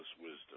Wisdom